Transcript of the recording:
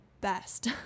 best